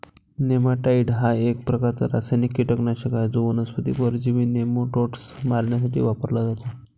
नेमॅटाइड हा एक प्रकारचा रासायनिक कीटकनाशक आहे जो वनस्पती परजीवी नेमाटोड्स मारण्यासाठी वापरला जातो